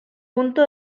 punto